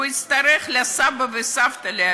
הוא יצטרך להביא אוכל לסבא וסבתא.